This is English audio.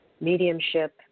mediumship